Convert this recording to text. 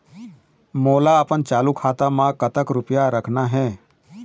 मोला अपन चालू खाता म कतक रूपया रखना हे?